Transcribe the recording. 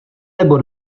nebo